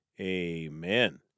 amen